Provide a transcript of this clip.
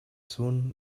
soon